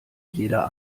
jeder